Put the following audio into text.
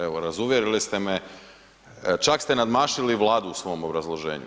Evo razuvjerili ste me, čak ste nadmašili i Vladu u svom obrazloženju.